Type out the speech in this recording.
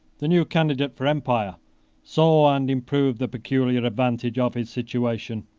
the new candidate for empire saw and improved the peculiar advantage of his situation.